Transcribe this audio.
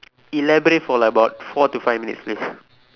elaborate for like about four to five minutes please